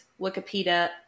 Wikipedia